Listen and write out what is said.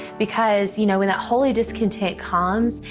because you know when that holy discontent comes,